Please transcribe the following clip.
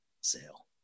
sale